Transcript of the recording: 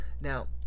Now